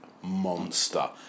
monster